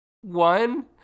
one